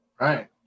right